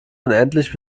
unendlich